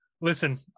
listen